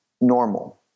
normal